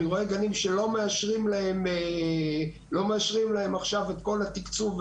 אני רואה גנים שלא מאשרים להם עכשיו את כל התקצוב,